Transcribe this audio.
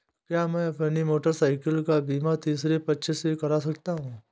क्या मैं अपनी मोटरसाइकिल का बीमा तीसरे पक्ष से करा सकता हूँ?